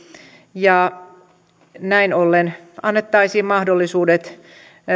näin ollen annettaisiin mahdollisuudet